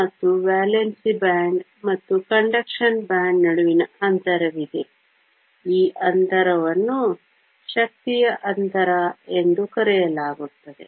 ಮತ್ತು valency band ಮತ್ತು conduction band ನಡುವೆ ಅಂತರವಿದೆ ಈ ಅಂತರವನ್ನು ಶಕ್ತಿಯ ಅಂತರ ಎಂದು ಕರೆಯಲಾಗುತ್ತದೆ